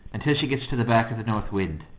until she gets to the back of the north wind,